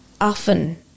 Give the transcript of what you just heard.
often